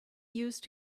used